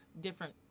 different